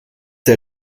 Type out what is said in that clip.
der